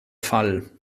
fall